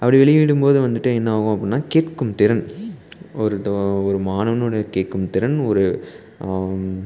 அப்படி வெளியிடும் போது வந்துட்டு என்ன ஆகும் அப்படின்னா கேட்கும் திறன் ஒரு ஒரு மாணவனுடைய கேட்கும் திறன் ஒரு